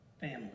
Family